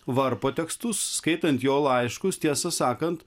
varpo tekstus skaitant jo laiškus tiesą sakant